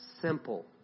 simple